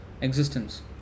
existence